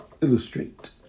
illustrate